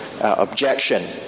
objection